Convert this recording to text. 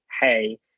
Hey